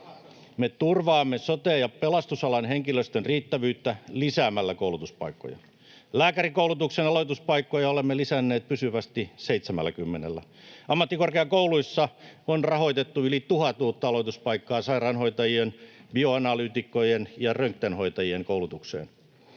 Me turvaamme sote- ja pelastusalan henkilöstön riittävyyttä lisäämällä koulutuspaikkoja. Lääkärikoulutuksen aloituspaikkoja olemme jo lisänneet pysyvästi 70:llä. Ammattikorkeakouluissa on rahoitettu yli 1 000 uutta aloituspaikkaa sairaanhoitajien, bioanalyytikkojen ja röntgenhoitajien koulutukseen.